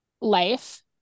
life